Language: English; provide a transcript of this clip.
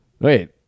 Wait